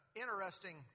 interesting